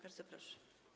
Bardzo proszę.